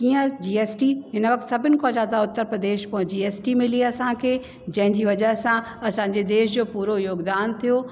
कीअं जीएसटी हिन वक़्तु सभिनि खां ज़्यादा उत्तर प्रदेश मो जीएसटी मिली असांखे जंहिंजी वजह सां असांजे देश जो पूरो योगदान थियो